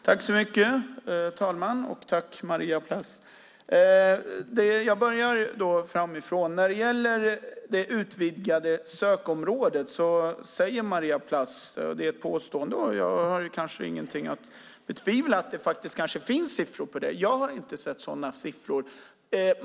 Herr talman! Tack, Maria Plass! Jag börjar framifrån. När det gäller det utvidgade sökområdet säger Maria Plass att det finns siffror på det. Det är ett påstående, och jag har kanske ingen anledning att betvivla det. Jag har dock inte sett sådana siffror.